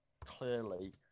clearly